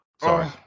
Sorry